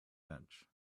bench